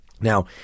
Now